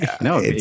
No